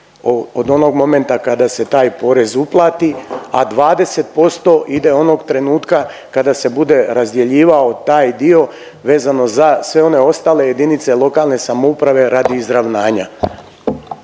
od onog momenta kada se taj porez uplati, a 20% ide onog trenutka kada se bude razdjeljivao taj dio vezano za sve one ostale jedinice lokalne samouprave radi izravnanja.